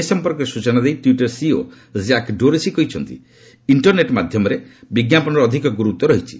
ଏ ସମ୍ପର୍କରେ ସ୍ବଚନା ଦେଇ ଟ୍ୱିଟ୍ର ସିଇଓ ଜ୍ୟାକ୍ ଡୋର୍ସି କହିଛନ୍ତି ଇଣ୍ଟର୍ନେଟ୍ ମାଧ୍ୟମରେ ବିଜ୍ଞାପନର ଅଧିକ ଗୁରୁତ୍ୱ ରହିଛି